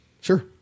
Sure